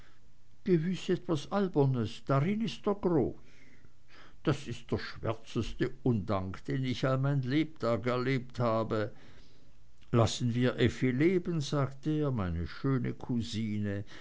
gewiß was albernes darin ist er groß das ist der schwärzeste undank den ich all mein lebtag erlebt habe lassen wir effi leben sagte er meine schöne cousine